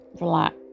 relax